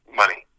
money